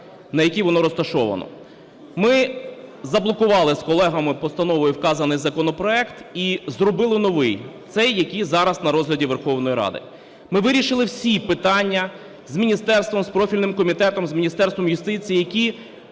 на якій воно розташоване. Ми заблокували з колегами постановою вказаний законопроект і зробили новий – цей, який зараз на розгляді у Верховній Раді. Ми вирішити всі питання з міністерством, з профільним комітетом, з Міністерством юстиції, які